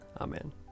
Amen